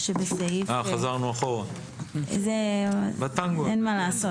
הסעיף הזה,